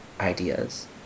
ideas